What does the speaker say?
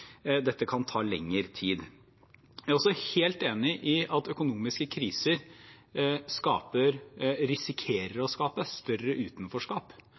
ta lengre tid. Jeg er også helt enig i at økonomiske kriser risikerer å skape større utenforskap,